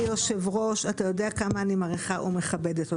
היושב-ראש, אתה יודע כמה אני מעריכה ומכבדת אותך,